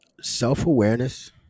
self-awareness